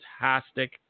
fantastic